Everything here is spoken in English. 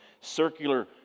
circular